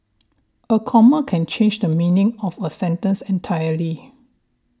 a comma can change the meaning of a sentence entirely